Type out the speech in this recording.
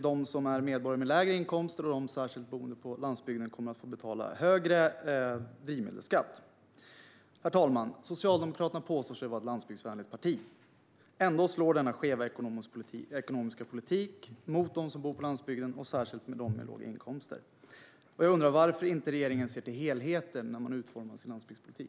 De som är medborgare med lägre inkomster och särskilt de boende på landsbygden kommer att få betala högre drivmedelsskatt. Herr talman! Socialdemokraterna påstår sig vara ett landsbygdsvänligt parti. Ändå slår denna skeva ekonomiska politik mot dem som bor på landsbygden och särskilt mot dem med låga inkomster. Jag undrar varför regeringen inte ser till helheten när den utformar sin landsbygdspolitik?